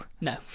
No